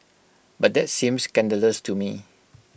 but that seems scandalous to me